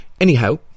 Anyhow